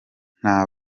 nta